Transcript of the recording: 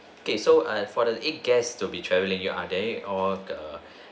okay so uh for the eight guests to be travelling you are there or the